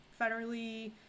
federally